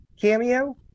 cameo